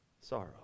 sorrow